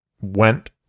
went